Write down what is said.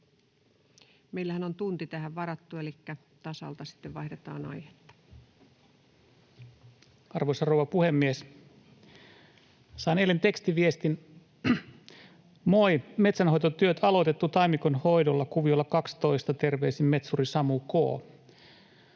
Meillähän on tunti tähän varattu, elikkä tasalta sitten vaihdetaan aihetta. — Edustaja Kallio. Arvoisa rouva puhemies! Sain eilen tekstiviestin: ”Moi! Metsänhoitotyöt aloitettu taimikonhoidolla kuviolla 12, terveisin metsuri Samu K.”